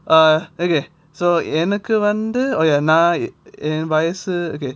uh okay so எனக்கு வந்து நான் என் வயசு:enaku vandhu nan en vayasu okay